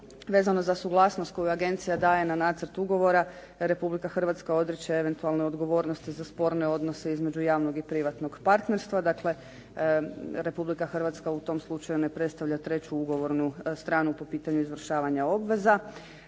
vezano za suglasnost koju agencija daje na nacrt ugovora Republika Hrvatska odriče eventualne odgovornosti za sporne odnose između javnog i privatnog partnerstva. Dakle Republika Hrvatska u tom slučaju ne predstavlja treću ugovornu stranu po pitanju izvršavanja obveza.